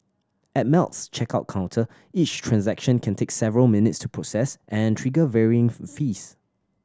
at Melt's checkout counter each transaction can take several minutes to process and trigger varying fees